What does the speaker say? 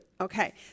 Okay